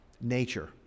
nature